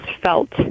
felt